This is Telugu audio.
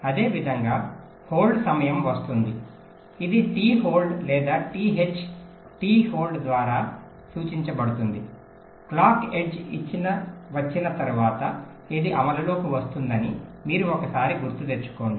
అదేవిధంగా హోల్డ్ సమయం వస్తుంది ఇది టి హోల్డ్ లేదా టి హెచ్ టి హోల్డ్ ద్వారా సూచించబడుతుంది క్లాక్ ఎడ్జ్ వచ్చిన తర్వాత ఇది అమలులోకి వస్తుందని మీరు ఒక సారి గుర్తు తెచ్చుకోండి